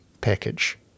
package